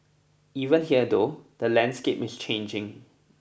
even here though the landscape is changing